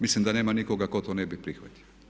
Mislim da nema nikoga tko to ne bi prihvatio.